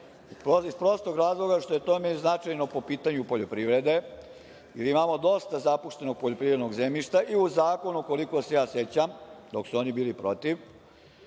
iz prostog razloga što je to značajno po pitanju poljoprivrede jer imamo dosta zapuštenog poljoprivrednog zemljišta i u zakonu, koliko se sećam, dok su oni bili protiv,